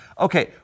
Okay